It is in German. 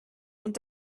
und